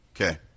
Okay